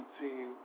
team